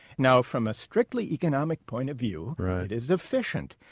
now from a strictly economic point of view, it is efficient.